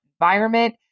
environment